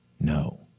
No